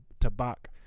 Tabak